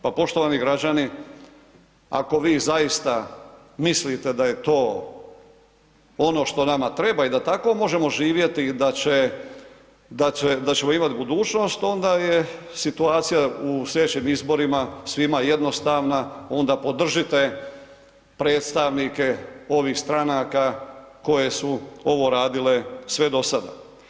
Pa poštovani građani ako vi zaista mislite da je to ono što nama treba i da tako možemo živjeti da će, da ćemo imati budućnost onda je situacija u sljedećim izborima svima jednostavna, onda podržite predstavnike ovih stranaka koje su ovo radile sve do sada.